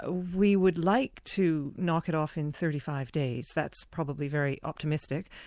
ah we would like to knock it off in thirty five days, that's probably very optimistic.